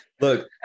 Look